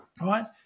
right